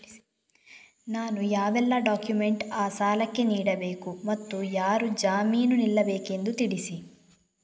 ನಾನು ಯಾವೆಲ್ಲ ಡಾಕ್ಯುಮೆಂಟ್ ಆ ಸಾಲಕ್ಕೆ ನೀಡಬೇಕು ಮತ್ತು ಯಾರು ಜಾಮೀನು ನಿಲ್ಲಬೇಕೆಂದು ನನಗೆ ತಿಳಿಸಿ?